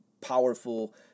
powerful